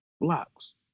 Blocks